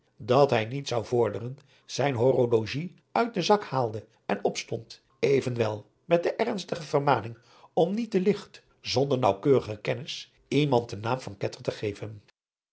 dat hij niet zou vorderen zijn horologie uit den zak haalde en opstond evenwel met de ernstige vermaning om niet te ligt zonder naauwkeurige kennis iemand den naam van ketter te geven